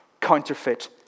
counterfeit